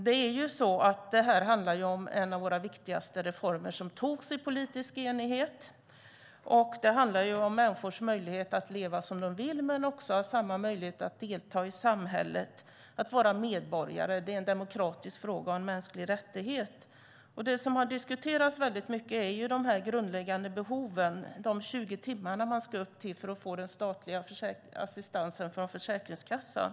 Det här handlar ju om en av våra viktigaste reformer, som antogs i politisk enighet. Det handlar om människors möjlighet att leva som de vill, men också om att ha samma möjlighet att delta i samhället, att vara medborgare. Det är en demokratisk fråga och en mänsklig rättighet. Det som har diskuterats väldigt mycket är de grundläggande behoven, de 20 timmar man ska upp till för att få den statliga assistansen från Försäkringskassan.